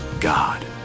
God